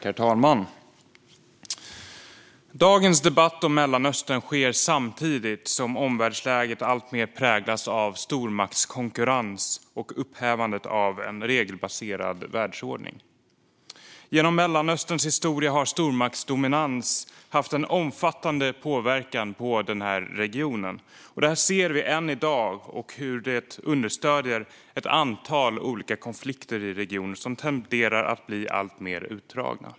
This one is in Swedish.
Herr talman! Dagens debatt om Mellanöstern sker samtidigt som omvärldsläget alltmer präglas av stormaktskonkurrens och upphävandet av en regelbaserad världsordning. Genom Mellanösterns historia har stormaktsdominans haft en omfattande påverkan på regionen. Det ser vi än i dag, och det understöder ett antal konflikter i regionen som tenderar att bli alltmer utdragna.